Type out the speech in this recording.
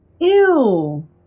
Ew